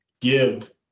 give